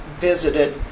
visited